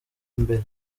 imbere